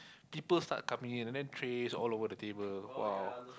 people start coming in and then trays all over the table !wow!